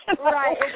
Right